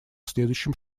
следующим